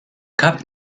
cup